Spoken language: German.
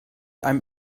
einem